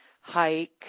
hike